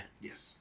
Yes